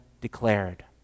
declared